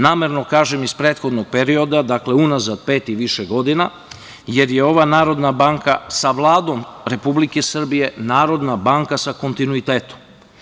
Namerno kažem iz prethodnog perioda, dakle unazad pet i više godina, jer je ova Narodna banka sa Vladom Republike Srbije Narodna banka sa kontinuitetom.